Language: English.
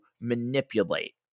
manipulate